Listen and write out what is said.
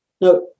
Now